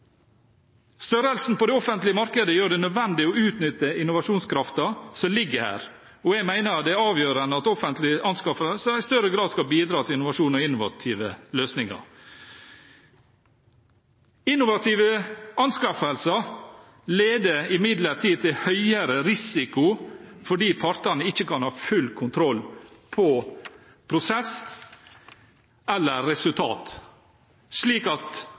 Størrelsen på det offentlige markedet gjør det nødvendig å utnytte innovasjonskraften som ligger her, og jeg mener det er avgjørende at offentlige anskaffelser i større grad skal bidra til innovasjon og innovative løsninger. Innovative anskaffelser leder imidlertid til høyere risiko fordi partene ikke kan ha full kontroll på prosess eller resultat, slik